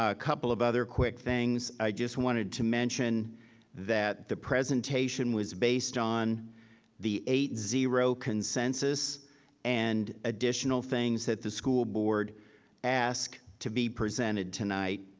ah couple of other quick things. i just wanted to mention that the presentation was based on the eight zero consensus and additional things that the school board ask to be presented tonight.